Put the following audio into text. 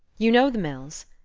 you know the mills?